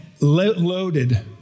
loaded